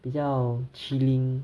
比较 chilling